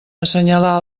assenyalà